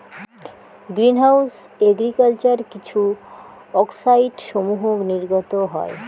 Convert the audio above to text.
green house agriculture কিছু অক্সাইডসমূহ নির্গত হয়